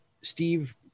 Steve